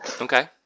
Okay